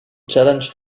challenge